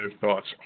thoughts